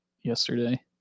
yesterday